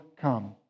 come